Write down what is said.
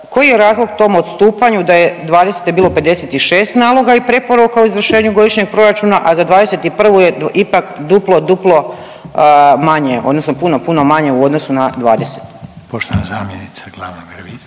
koji je razlog tom odstupanju da je '20.-te bilo 56 naloga i preporuka o izvršenju godišnje proračuna, a za '21. je ipak duplo, duplo manje odnosno puno, puno manje u odnosu na '20.-tu? **Reiner,